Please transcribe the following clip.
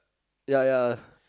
ya ya